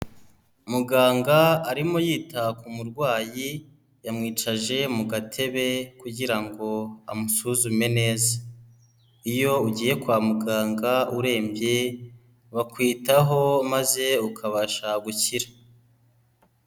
Muganga arimo yita ku murwayi yamwicaje mu gatebe kugira ngo amusuzume neza, iyo ugiye kwa muganga urembye bakwitaho maze ukabasha gukira.